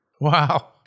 Wow